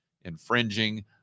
infringing